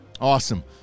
Awesome